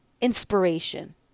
inspiration